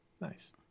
Nice